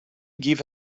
give